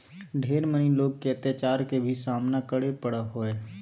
ढेर मनी लोग के अत्याचार के भी सामना करे पड़ो हय